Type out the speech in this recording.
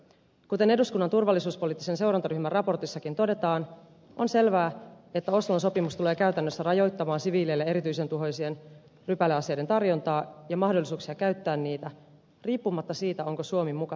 kuten eduskunnan turvallisuuspoliittisen seurantaryhmän raportissakin todetaan on selvää että oslon sopimus tulee käytännössä rajoittamaan siviileille erityisen tuhoisien rypäleaseiden tarjontaa ja mahdollisuuksia käyttää niitä riippumatta siitä onko suomi mukana vai ei